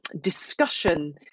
discussion